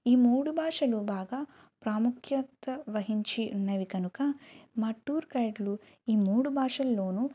ఈ మూడు భాషలు బాగా ప్రాముఖ్యత వహించి ఉన్నవి కనుక మా టూర్ గైడ్లు ఈ మూడు భాషల్లోనూ